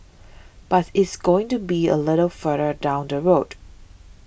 bus it's going to be a little further down the road